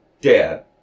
dad